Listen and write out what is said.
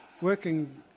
working